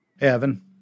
Evan